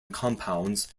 compounds